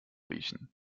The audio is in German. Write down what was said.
riechen